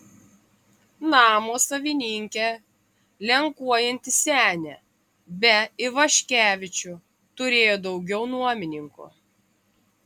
namo savininkė lenkuojanti senė be ivaškevičių turėjo daugiau nuomininkų